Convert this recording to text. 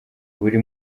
buri